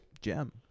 gem